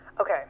okay